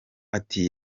ati